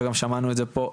וגם שמענו את זה פה,